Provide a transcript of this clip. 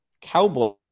cowboy